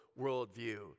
worldview